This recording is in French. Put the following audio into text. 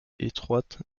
étroites